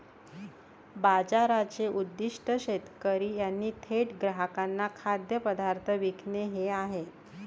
बाजाराचे उद्दीष्ट शेतकरी यांनी थेट ग्राहकांना खाद्यपदार्थ विकणे हे आहे